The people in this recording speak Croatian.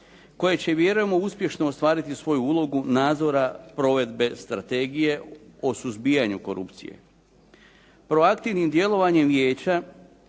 koje će vjerujemo uspješno ostvariti svoju ulogu nadzora provedbe strategije o suzbijanju korupcije. Proaktivnim djelovanjem Vijeća